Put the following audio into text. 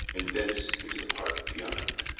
and thence into the park beyond.